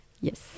Yes